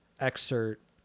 excerpt